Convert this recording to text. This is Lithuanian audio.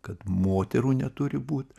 kad moterų neturi būt